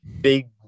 Big